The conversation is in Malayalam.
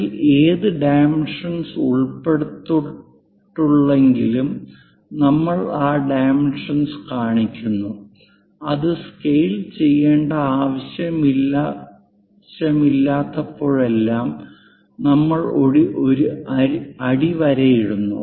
അതിൽ ഏത് ഡൈമെൻഷെൻ ഉൾപ്പെട്ടിട്ടുള്ളതെങ്കിലും നമ്മൾ ആ ഡൈമെൻഷെൻ കാണിക്കുന്നു അത് സ്കെയിൽ ചെയ്യേണ്ട ആവശ്യമില്ലാത്തപ്പോഴെല്ലാം നമ്മൾ ഒരു അടിവരയിടുന്നു